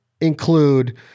include